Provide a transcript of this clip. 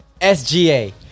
SGA